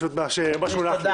זה מה שהונח לי.